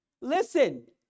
Listen